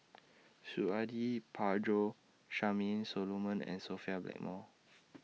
Suradi Parjo Charmaine Solomon and Sophia Blackmore